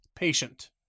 Patient